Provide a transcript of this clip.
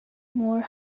more